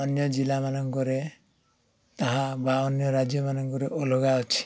ଅନ୍ୟ ଜିଲ୍ଲାମାନଙ୍କରେ ତାହା ବା ଅନ୍ୟ ରାଜ୍ୟମାନଙ୍କରେ ଅଲଗା ଅଛି